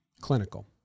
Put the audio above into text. Clinical